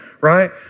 right